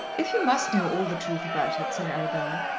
if you must know all the truth about it, said arabella,